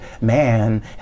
man